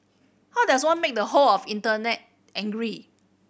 how does one make the whole of Internet angry